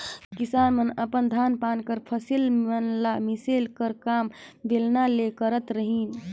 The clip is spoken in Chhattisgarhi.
किसान मन अपन धान पान कर फसिल मन ल मिसे कर काम बेलना ले करत रहिन